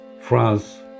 France